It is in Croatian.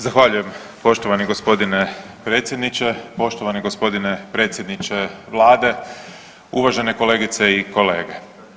Zahvaljujem poštovani g. predsjedniče, poštovani g. predsjedniče Vlade, uvažene kolegice i kolege.